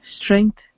strength